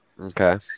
Okay